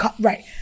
Right